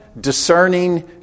discerning